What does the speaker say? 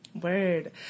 Word